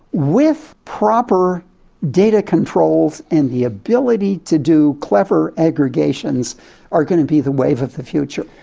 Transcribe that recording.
with proper data controls and the ability to do clever aggregations are going to be the wave of the future.